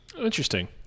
Interesting